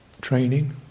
training